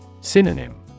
Synonym